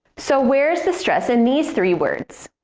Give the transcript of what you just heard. so, where is the stress in these three words?